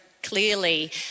Clearly